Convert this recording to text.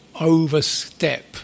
overstep